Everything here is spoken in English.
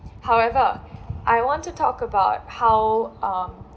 however I want to talk about how um